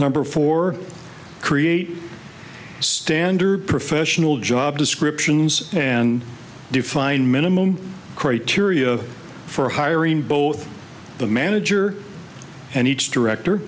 number four create standard professional job descriptions and define minimum criteria for hiring both the manager and each director